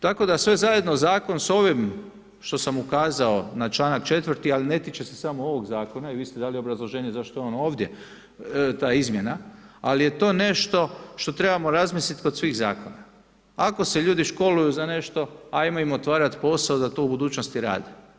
Tako da sve zajedno zakon s ovim što sam ukazao na članak 4. ali ne tiče se samo ovog zakona i vi ste dali obrazloženje zašto je on ovdje ta izmjena, ali je to nešto što trebamo razmislit kod svih zakona, ako se ljudi školuju za nešto ajmo otvarat posao da to u budućnosti rade.